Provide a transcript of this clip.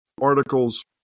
articles